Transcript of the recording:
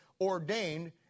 ordained